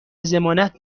ضمانت